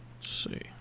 see